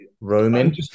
Roman